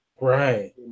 right